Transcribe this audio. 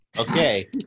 Okay